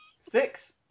Six